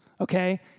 okay